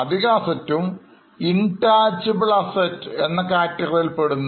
അധികം Assets intangible assets എന്ന കാറ്റഗറിയിൽ പെടുന്നു